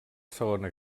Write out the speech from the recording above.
segona